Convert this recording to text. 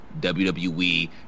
WWE